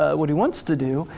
ah what he wants to do,